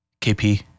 KP